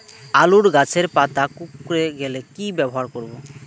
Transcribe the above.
আলুর গাছের পাতা কুকরে গেলে কি ব্যবহার করব?